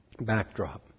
backdrop